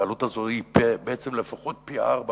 והעלות הזאת היא לפחות פי-ארבעה,